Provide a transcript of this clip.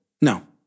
No